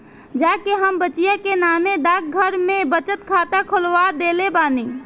जा के हम बचिया के नामे डाकघर में बचत खाता खोलवा देले बानी